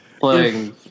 Playing